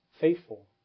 faithful